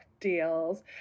deals